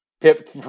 Pip